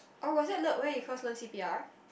oh was that le~ where you first learn c_p_r